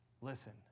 Listen